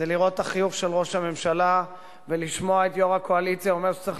זה לראות את החיוך של ראש הממשלה ולשמוע את יו"ר הקואליציה אומר שצריך